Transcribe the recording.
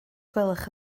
gwelwch